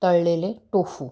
तळलेले टोफू